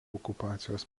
okupacijos